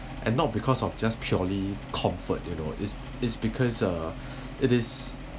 and not because of just purely comfort you know is is because uh it is